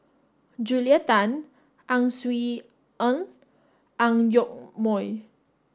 Julia Tan Ang Swee Aun and Ang Yoke Mooi